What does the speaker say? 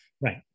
Right